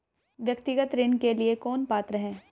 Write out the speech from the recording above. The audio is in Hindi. व्यक्तिगत ऋण के लिए कौन पात्र है?